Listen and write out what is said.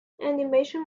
animation